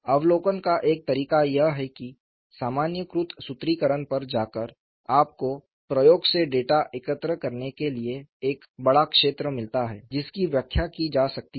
अवलोकन का एक तरीका यह है कि सामान्यीकृत सूत्रीकरण पर जाकर आपको प्रयोग से डेटा एकत्र करने के लिए एक बड़ा क्षेत्र मिलता है जिसकी व्याख्या की जा सकती है